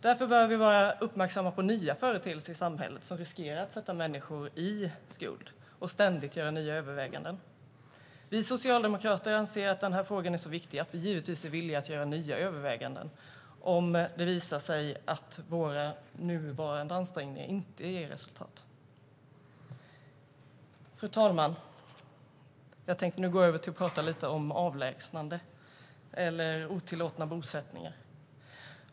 Därför behöver vi vara uppmärksamma på nya företeelser i samhället som riskerar att sätta människor i skuld, och ständigt göra nya överväganden. Vi socialdemokrater anser att denna fråga är så viktig att vi givetvis är villiga att göra nya överväganden om det visar sig att våra nuvarande ansträngningar inte ger resultat. Fru talman! Jag tänkte nu gå över till att tala lite om avlägsnande eller otillåtna bosättningar.